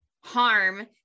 harm